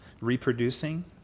reproducing